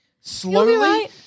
slowly